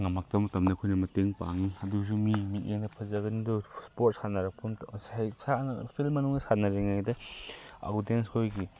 ꯉꯝꯃꯛꯇ ꯃꯇꯝꯗ ꯑꯩꯈꯣꯏꯅ ꯃꯇꯦꯡ ꯄꯥꯡꯉꯤ ꯑꯗꯨꯁꯨ ꯃꯤꯒꯤ ꯃꯤꯠꯌꯦꯡꯗ ꯐꯖꯒꯟꯗ ꯏꯁꯄꯣꯔꯠ ꯁꯥꯟꯅꯔꯛꯄ ꯃꯇꯝ ꯁꯥꯡꯅ ꯐꯤꯜ ꯃꯅꯨꯡꯗ ꯁꯥꯟꯅꯔꯤꯉꯩꯗ ꯑꯣꯗꯤꯌꯦꯟꯁ ꯈꯣꯏꯒꯤ